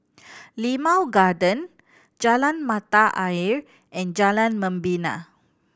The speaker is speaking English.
Limau Garden Jalan Mata Ayer and Jalan Membina